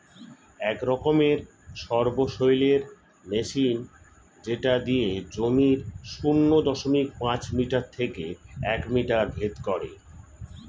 এক রকমের সবসৈলের মেশিন যেটা দিয়ে জমির শূন্য দশমিক পাঁচ মিটার থেকে এক মিটার ভেদ করে